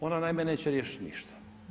Ono naime neće riješiti ništa.